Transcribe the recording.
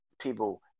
people